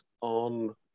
on